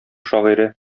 шагыйре